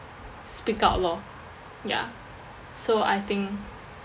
speak out lor ya so I think